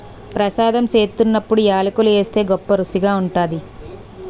ప్రసాదం సేత్తున్నప్పుడు యాలకులు ఏస్తే గొప్పరుసిగా ఉంటాది